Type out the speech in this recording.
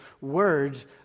words